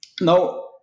Now